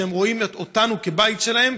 שרואים אותנו כבית שלהם.